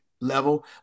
level